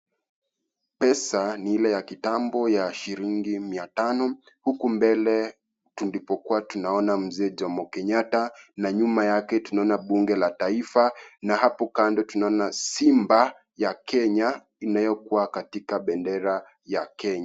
Pesa ni ile ya kitambo ya shilingi mia tano huku mbele tulipokuwa tunaona mzee Jomo Kenyatta na nyuma yake tunaona bunge la taifa na hapo kando tunaona simba ya Kenya inayokuwa katika bendera ya Kenya.